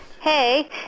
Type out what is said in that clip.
Hey